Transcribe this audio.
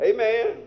Amen